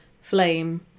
flame